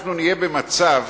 נהיה במצב